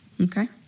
Okay